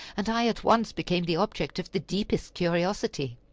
and i at once became the object of the deepest curiosity.